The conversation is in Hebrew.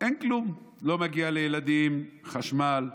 אין כלום: לא מגיע לילדים חשמל,